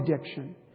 addiction